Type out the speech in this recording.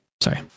Sorry